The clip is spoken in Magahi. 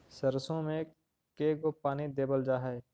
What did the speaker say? सरसों में के गो पानी देबल जा है?